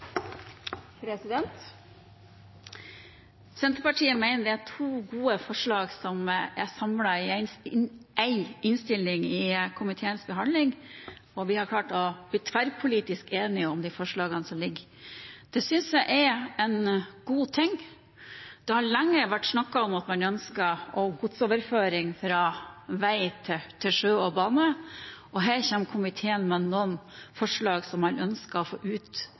Senterpartiet mener det er to gode forslag som er samlet i én innstilling i komiteens behandling, og vi har klart å bli tverrpolitisk enige om de forslagene som foreligger. Det synes jeg er en god ting. Det har lenge vært snakket om at man ønsker godsoverføring fra vei til sjø og bane, og her kommer komiteen med noen forslag som man ønsker å få